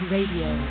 Radio